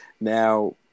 Now